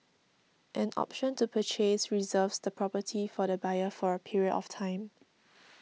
an option to purchase reserves the property for the buyer for a period of time